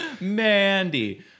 Mandy